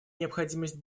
необходимость